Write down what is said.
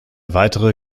weitere